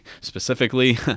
specifically